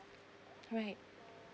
right